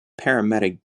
paramedic